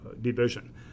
division